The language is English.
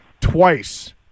twice